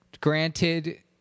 granted